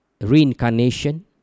Reincarnation